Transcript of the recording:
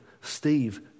Steve